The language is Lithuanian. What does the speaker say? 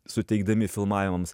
suteikdami filmavimams